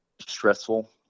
stressful